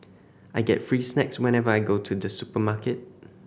I get free snacks whenever I go to the supermarket